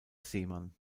seemann